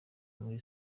muri